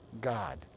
God